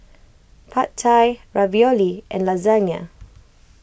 Pad Thai Ravioli and Lasagne